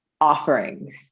offerings